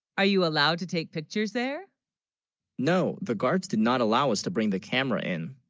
are you allowed to take pictures there no the guards, did not allow us to bring the camera in